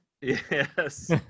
Yes